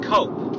Cope